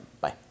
bye